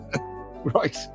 Right